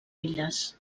illes